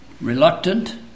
reluctant